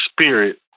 spirit